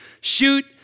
shoot